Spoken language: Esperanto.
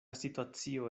situacio